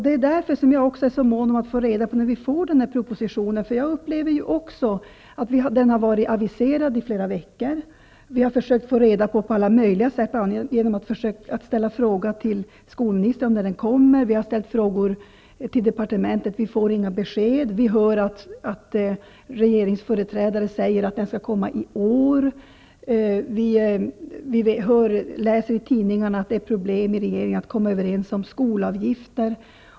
Det är därför jag är så mån om att få reda på när propositionen kommer. Jag upplever att den har varit aviserad i flera veckor. Vi har på alla möjliga sätt försökt få reda på när den kommer. Vi har ställt frågor till skolministern och till departementet, men vi får inga besked. Vi hörde en regeringsföreträdare säga att den skall komma i år. Vi läser i tidningarna att det är problem i regeringen att komma överens om skolavgifter.